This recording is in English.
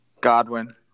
Godwin